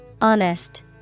Honest